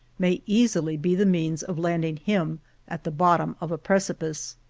may easily be the means of landing him at the bottom of a precipice.